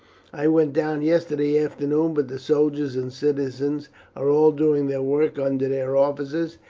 i went down yesterday afternoon, but the soldiers and citizens are all doing their work under their officers,